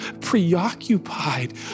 preoccupied